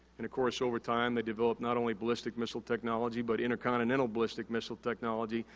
and, of course, over time, they developed not only ballistic missile technology, but intercontinental ballistic missile technology,